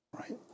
right